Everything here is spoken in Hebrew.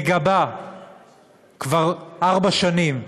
מגבה כבר ארבע שנים,